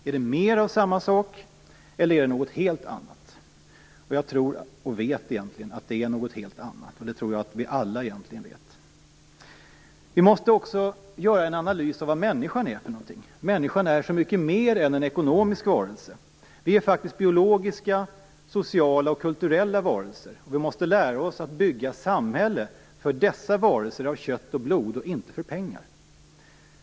Är det mer av samma sak, eller är det något helt annat? Jag vet att det är något helt annat, och det tror jag att vi alla egentligen vet. Vi måste också göra en analys av vad människan är. Människan är så mycket mer än en ekonomisk varelse. Vi är biologiska, sociala och kulturella varelser, och vi måste lära oss att bygga ett samhälle för dessa varelser av kött och blod och inte för pengar.